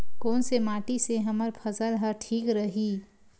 कोन से माटी से हमर फसल ह ठीक रही?